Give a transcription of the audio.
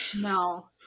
No